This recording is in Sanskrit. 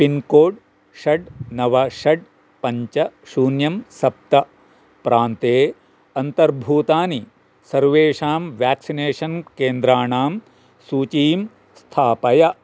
पिन्कोड् षट् नव षट् पञ्च शून्यं सप्त प्रान्ते अन्तर्भूतानि सर्वेषां व्याक्सिनेषन् केन्द्राणां सूचीं स्थापय